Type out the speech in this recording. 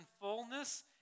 fullness